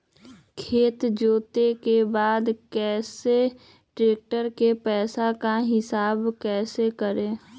खेत जोते के बाद कैसे ट्रैक्टर के पैसा का हिसाब कैसे करें?